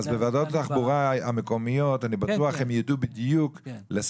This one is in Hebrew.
אז אני בטוח שבוועדות התחבורה המקומיות ידעו לסמן